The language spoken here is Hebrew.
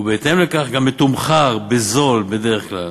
ובהתאם לכך גם מתומחר בזול בדרך כלל.